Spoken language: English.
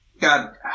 God